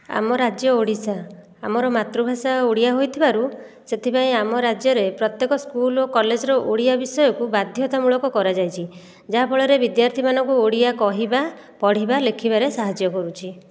ଆମ ରାଜ୍ୟ ଓଡ଼ିଶା ଆମର ମାତୃଭାଷା ଓଡ଼ିଆ ହୋଇଥିବାରୁ ସେଥିପାଇଁ ଆମ ରାଜ୍ୟରେ ପତ୍ୟେକ ସ୍କୁଲ ଓ କଲେଜରେ ଓଡ଼ିଆ ବିଷୟକୁ ବାଧ୍ୟତାମୂଳକ କରାଯାଇଛି ଯାହାଫଳରେ ବିଦ୍ୟାର୍ଥୀମାନଙ୍କୁ ଓଡ଼ିଆ କହିବା ପଢ଼ିବା ଲେଖିବାରେ ସାହାଯ୍ୟ କରୁଛି